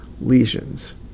lesions